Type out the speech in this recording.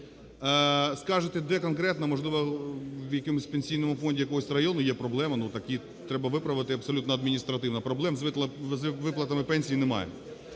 Скажете, де конкретно, можливо, в якомусь Пенсійному фонді якогось району є проблеми, так її треба виправити абсолютно адміністративно. Проблем з виплатами пенсій немає.